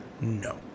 No